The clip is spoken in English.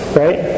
right